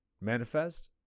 Manifest